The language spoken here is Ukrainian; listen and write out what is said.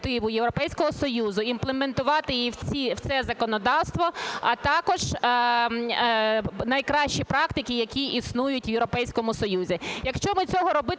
Дякую.